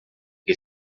que